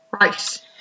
right